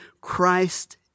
Christ